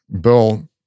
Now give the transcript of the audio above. Bill